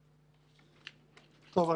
טוב.